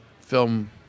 film